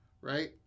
right